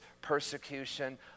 persecution